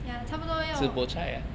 ya 差不多要